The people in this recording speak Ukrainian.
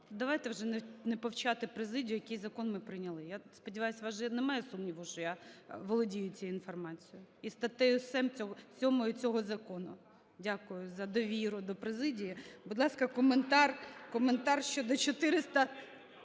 давайте вже не повчати президію, який закон ми прийняли. Я сподіваюсь, у вас же немає сумніву, що я володію цією інформацією і статтею 7 цього закону. Дякую за довіру до президії. Будь ласка, коментар щодо 434